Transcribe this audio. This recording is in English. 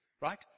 Right